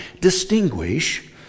distinguish